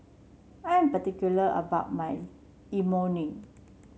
I am particular about my Imoni